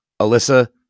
Alyssa